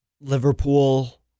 Liverpool